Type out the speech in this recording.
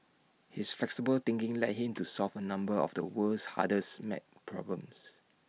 his flexible thinking led him to solve A number of the world's hardest math problems